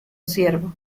ciervo